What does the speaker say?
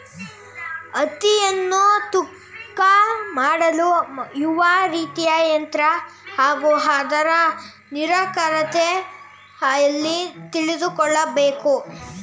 ಹತ್ತಿಯನ್ನು ತೂಕ ಮಾಡಲು ಯಾವ ರೀತಿಯ ಯಂತ್ರ ಹಾಗೂ ಅದರ ನಿಖರತೆ ಎಲ್ಲಿ ತಿಳಿದುಕೊಳ್ಳಬೇಕು?